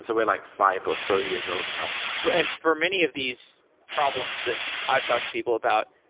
so we're like five or so years old now. for and for many of these problems that i've talked to people about,